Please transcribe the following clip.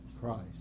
Christ